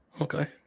okay